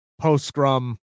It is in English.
post-scrum